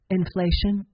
inflation